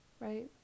right